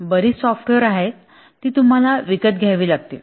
बरीच सॉफ्टवेअर आहेत ती तुम्हाला विकत घ्यावी लागतील